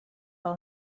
per